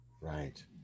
Right